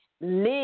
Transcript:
live